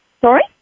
Sorry